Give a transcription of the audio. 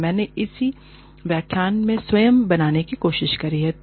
मैंने इसे इसी व्याख्यान में स्वयं बनाने की कोशिश की है